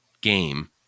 game